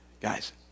Guys